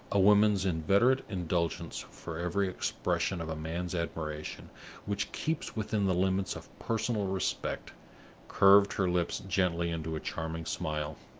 a woman's inveterate indulgence for every expression of a man's admiration which keeps within the limits of personal respect curved her lips gently into a charming smile.